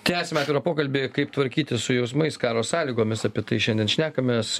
tęsiam atvirą pokalbį kaip tvarkytis su jausmais karo sąlygomis apie tai šiandien šnekamės